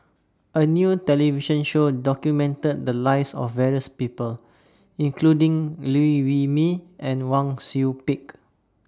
A New television Show documented The Lives of various People including Liew Wee Mee and Wang Sui Pick